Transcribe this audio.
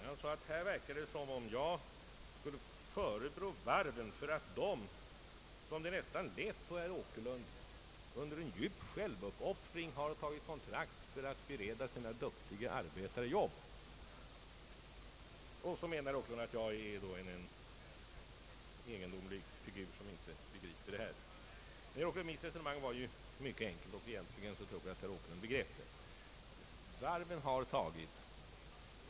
Han sade att det verkade som om jag förebrår varven för att de — som det nästan lät på herr Åkerlund — under en stor självuppoffring har tecknat kontrakt för att bereda sina duktiga arbetare jobb. Herr Åkerlund menar att jag är en egendomlig figur som inte begriper detta. Men, herr Åkerlund, mitt resonemang var mycket enkelt, och jag tror att herr Åkerlund egentligen förstod det.